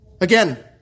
Again